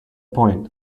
point